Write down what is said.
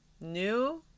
New